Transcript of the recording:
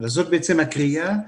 זו הקריאה.